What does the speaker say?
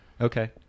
Okay